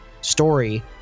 story